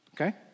Okay